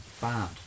bad